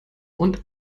und